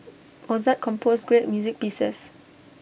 Mozart composed great music pieces